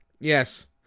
Yes